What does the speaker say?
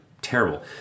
Terrible